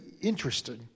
interesting